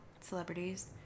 celebrities